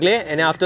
eh